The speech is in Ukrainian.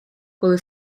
коли